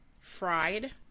Fried